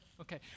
okay